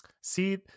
See